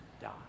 die